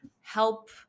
help